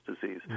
disease